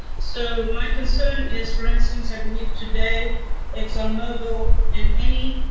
so my concern is, for instance, i believe today exxon mobil and eni